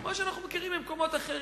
כמו שאנחנו מכירים ממקומות אחרים.